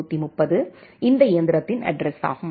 130 இந்த இயந்திரத்தின் அட்ட்ரஸ் ஆகும்